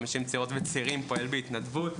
כ-50 צעירות וצעירים, פועל בהתנדבות.